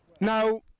Now